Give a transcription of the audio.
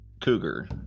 cougar